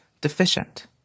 deficient